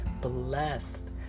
blessed